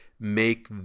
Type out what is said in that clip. make